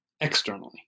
externally